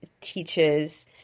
teaches